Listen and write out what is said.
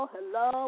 Hello